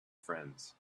friends